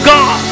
God